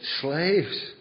slaves